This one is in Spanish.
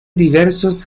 diversos